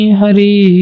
Hari